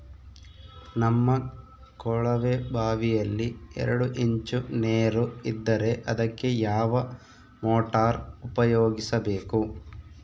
ನಮ್ಮ ಕೊಳವೆಬಾವಿಯಲ್ಲಿ ಎರಡು ಇಂಚು ನೇರು ಇದ್ದರೆ ಅದಕ್ಕೆ ಯಾವ ಮೋಟಾರ್ ಉಪಯೋಗಿಸಬೇಕು?